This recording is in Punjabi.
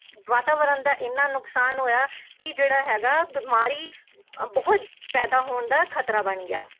ਵਾਤਾਵਰਨ ਦਾ ਇੰਨਾ ਨੁਕਸਾਨ ਹੋਇਆ ਕਿ ਜਿਹੜਾ ਹੈਗਾ ਬਿਮਾਰੀ ਬਹੁਤ ਪੈਦਾ ਹੋਣ ਦਾ ਖਤਰਾ ਬਣ ਗਿਆ